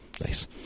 Nice